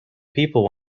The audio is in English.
people